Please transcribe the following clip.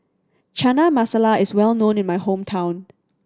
Chana Masala is well known in my hometown